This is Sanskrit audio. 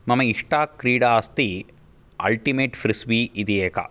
मम इष्टा क्रीडा अस्ति अल्टिमेट् फ्रिस्बी इति एका